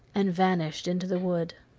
and vanished into the wood.